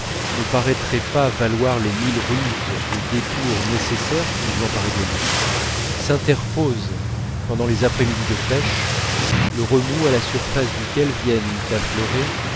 ne paraîtrait pas valoir les mille ruses et détours nécessaires pour nous emparer de lui s'interpose pendant les après-midi de pêche le remous à la surface duquel viennent affleurer